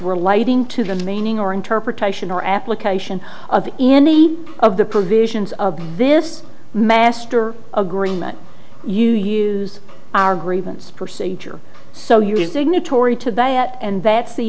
relating to the meaning or interpretation or application of any of the provisions of this master agreement you use our grievance procedure so you signatory to bat and that's the